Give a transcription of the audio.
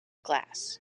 glass